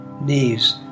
knees